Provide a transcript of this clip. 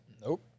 Nope